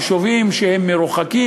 יישובים שהם מרוחקים,